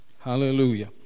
Hallelujah